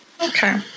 Okay